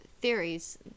theories